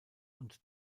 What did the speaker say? und